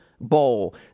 bowl